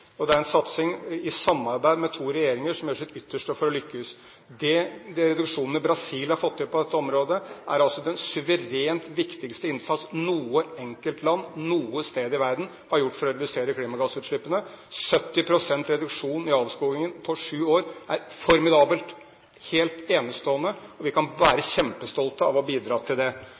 og det er en satsing i samarbeid med to regjeringer som gjør sitt ytterste for å lykkes. De reduksjonene Brasil har fått til på dette området, er altså den suverent viktigste innsats noe enkeltland noe sted i verden har gjort for å redusere klimagassuslippene. 70 pst. reduksjon i avskogingen på sju år er formidabelt, helt enestående, og vi kan være kjempestolte av å ha bidratt til det.